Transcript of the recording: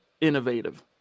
innovative